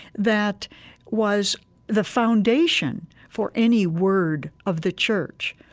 that was the foundation for any word of the church.